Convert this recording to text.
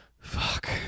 fuck